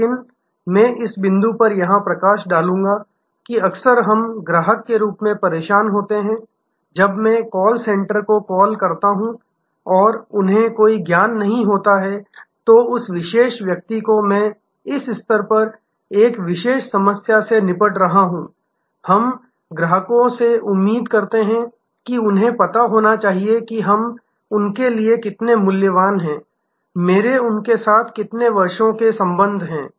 लेकिन मैं इस बिंदु पर यहां प्रकाश डालूंगा कि अक्सर हम ग्राहक के रूप में परेशान होते हैं जब मैं कॉल सेंटर को कॉल करता हूं और उन्हें कोई ज्ञान नहीं होता है तो उस विशेष व्यक्ति को मैं इस स्तर पर एक विशेष समस्या से निपट रहा हूं हम ग्राहकों से उम्मीद करते हैं कि उन्हें पता होना चाहिए कि हम उनके लिए कितने मूल्यवान हैं मेरे उनके साथ कितने वर्षों के संबंध हैं